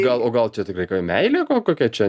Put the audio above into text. gal o gal čia tikrai meilė ko kokia čia